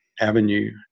Avenue